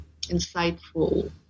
insightful